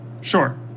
sure